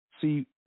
See